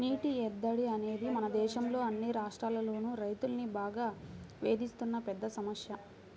నీటి ఎద్దడి అనేది మన దేశంలో అన్ని రాష్ట్రాల్లోనూ రైతుల్ని బాగా వేధిస్తున్న పెద్ద సమస్య